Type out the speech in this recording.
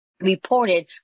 reported